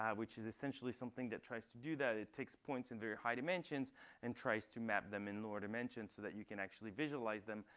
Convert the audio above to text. which is essentially something that tries to do that. it takes points in very high dimensions and tries to map them in lower dimensions, so that you can actually visualize them.